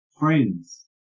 Friends